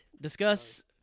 discuss